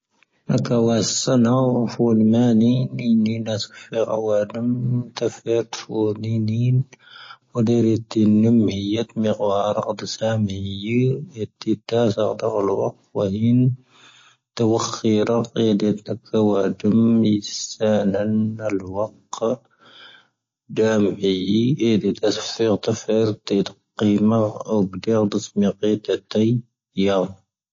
ⵏⴰⴽⴰ ⵡⴰ ⵙⴰⵏⴰⵡⴼⵓ ⵍⵎⴰⵏⵉ ⵏⵉⵏⵉ ⵏⴻⵙⵇⴼⵉⴰ ⴰⵡⴰⴷⵓⵎ, ⵜⴰⴼⵉⴰⵜ ⵙⵀⵡⵓⵏⵉⵏⵉ ⵏⵉⵏⵉ,. ⵓⵍⵉⵔⵉⵜ ⵏⵎⵀⵢⴻⵜ ⵎⴳⵡⴰⵔ ⴰⴷⵓⵙⴰⵎⵀⵉⵢⵉ ⵉⵜⵉ ⵜⴰⵣⴰ ⴷⴰ' ⵍⵡⴰⴽⵡⴰⵉⵏ,. ⵜⴰⵡⴰⴽⵀⵉ ⵔⴰⵇⵉⵍⵉⵜ ⵏⴽⴰⵡⴰⴷⵓⵎ ⵉⵙⴰⵏⴰⵏ ⵍⵡⴰⴽⵡⴰ,. ⴷⵀⴰⵎⵉⵢⵉ ⴻⴷⵉⵜ ⴰⵙⴼⵉⴰ ⵜⴰⴼⵉⵔ ⵜⵉⴷⵇⵉⵎⴰ oⴳⴷⵉⴰ ⴰⴷⵓⵙⵎⵢⴰ ⴳⵢⵜⴰⵜⴰⵢⴰ.